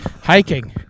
Hiking